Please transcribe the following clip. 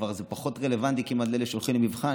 זה כבר פחות רלוונטי לאלה שהולכים למבחן.